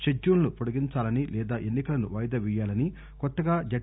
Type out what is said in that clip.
షెడ్యూల్ను పొడిగించాలని లేదా ఎన్పి కలను వాయిదా పేయాలని కొత్తగా జెడ్